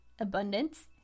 abundance